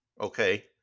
Okay